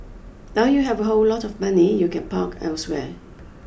now you have a whole lot of money you can park elsewhere